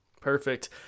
Perfect